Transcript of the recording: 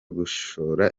gushora